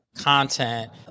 content